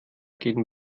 gehen